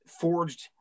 forged